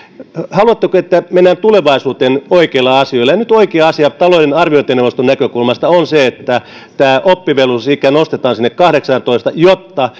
haluatteko että mennään tulevaisuuteen oikeilla asioilla nyt oikea asia talouden arviointineuvoston näkökulmasta on se että tämä oppivelvollisuusikä nostetaan sinne kahdeksaantoista jotta